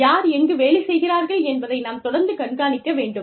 யார் எங்கு வேலை செய்கிறார்கள் என்பதை நாம் தொடர்ந்து கண்காணிக்க வேண்டும்